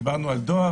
דיברנו על דואר,